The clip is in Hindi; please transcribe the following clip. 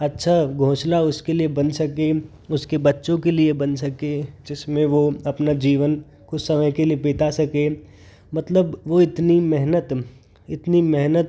अच्छा घोंसला उसके लिए बन सके उसके बच्चों के लिए बन सके जिसमें वो अपना जीवन कुछ समय के लिए बिता सके मतलब वो इतनी मेहनत इतनी मेहनत